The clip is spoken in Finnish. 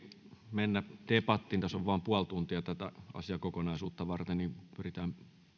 mennä debattiin tässä on vain puoli tuntia tätä asiakokonaisuutta varten niin pysytään